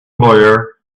lawyer